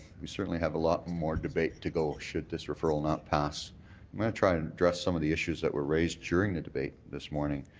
we certainly have a lot more debate to go should this referral not pass. i'm going to try and address some of the issues that were raised during the debate this morning.